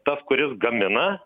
tas kuris gamina